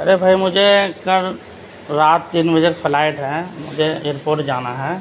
ارے بھائی مجھے کل رات تین بجے فلائٹ ہے مجھے ایئر پورٹ جانا ہے